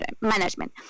management